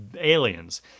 aliens